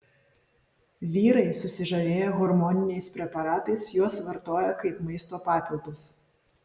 vyrai susižavėję hormoniniais preparatais juos vartoja kaip maisto papildus